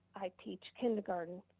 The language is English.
i teach kindergarten.